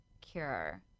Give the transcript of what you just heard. cure